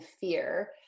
fear